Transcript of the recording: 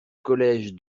collège